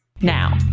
now